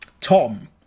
Tom